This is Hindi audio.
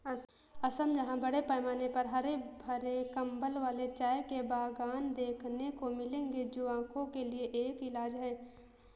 असम जहां बड़े पैमाने पर हरे भरे कंबल वाले चाय के बागान देखने को मिलेंगे जो आंखों के लिए एक इलाज है